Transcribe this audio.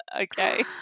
okay